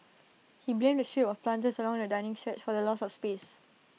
he blamed A strip of planters along the dining stretch for the loss of space